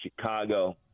Chicago